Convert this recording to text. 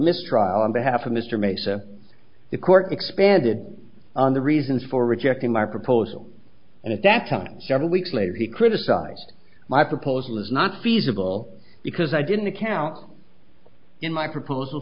mistrial on behalf of mr mesa the court expanded on the reasons for rejecting my proposal and at that time several weeks later he criticized my proposal is not feasible because i didn't account in my proposal